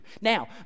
Now